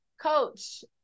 coach